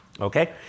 okay